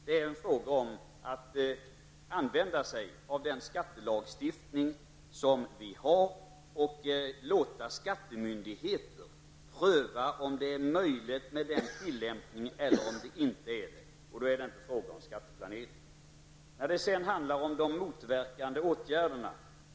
Det handlar om att använda sig av den skattelagstiftning som finns och låta skattemyndigheter pröva om det är möjligt med en tillämpning eller inte. Det är inte fråga om skatteplanering. Vidare har vi de motverkande åtgärderna.